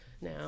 now